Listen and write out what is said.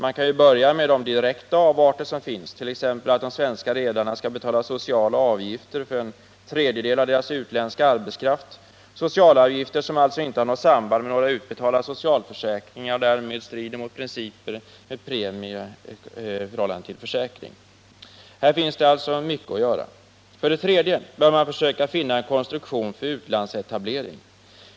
Man kan ju börja med de direkta avarter som finns, t.ex. att de svenska redarna skall betala sociala avgifter för en tredjedel av sin utländska arbetskraft. Dessa sociala avgifter har inte något samband med utbetalda socialförsäkringar, och den här ordningen strider därmed mot principen om premie i förhållande till försäkring. Här finns det alltså mycket att göra. För det tredje bör man försöka finna en konstruktion för utlandsetablering.